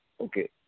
Okay